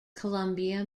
columbia